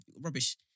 rubbish